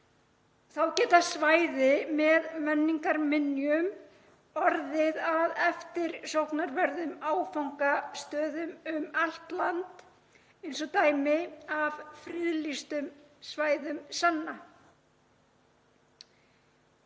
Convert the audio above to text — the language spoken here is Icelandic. Þá geta svæði með menningarminjum geta orðið að eftirsóknarverðum áfangastöðum um land allt eins og dæmi á friðlýstum svæðum sanna.